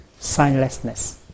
signlessness